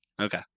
Okay